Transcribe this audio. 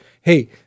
hey